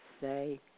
say